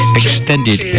extended